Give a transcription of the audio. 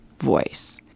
voice